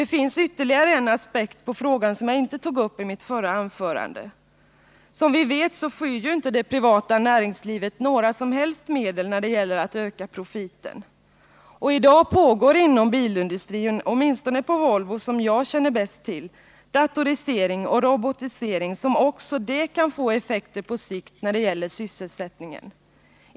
Det finns ytterligare en aspekt på frågan, som jag inte tog upp i mitt förra anförande. Som vi vet skyr inte det privata näringslivet några som helst medel när det gäller att öka profiten. I dag pågår inom bilindustrin, åtminstone på Volvo, som jag känner bäst till, en datorisering och robotisering, som också kan få effekter på sikt när det gäller sysselsättningen.